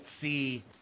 see